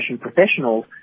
professionals